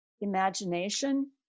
imagination